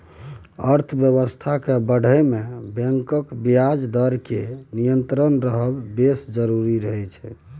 अर्थबेबस्था केँ बढ़य मे बैंकक ब्याज दर केर नियंत्रित रहब बेस जरुरी रहय छै